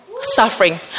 suffering